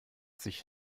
sich